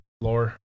lore